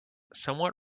somewhat